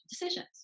decisions